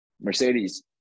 Mercedes